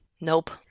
Nope